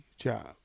job